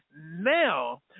now